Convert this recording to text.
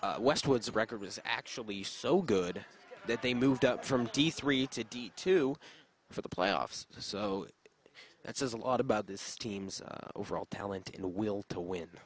westwood's record was actually so good that they moved up from d three to d two for the playoffs so that says a lot about this team's overall talent in the will to win